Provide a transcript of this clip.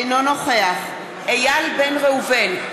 אינו נוכח איל בן ראובן,